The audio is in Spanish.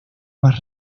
más